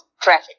traffic